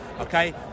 okay